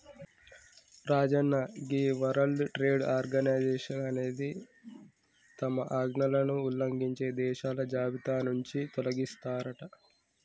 రాజన్న గీ world trade organisation అనేది తమ ఆజ్ఞలను ఉల్లంఘించే దేశాల జాబితా నుంచి తొలగిస్తారట